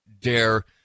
dare